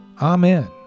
Amen